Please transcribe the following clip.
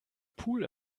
pool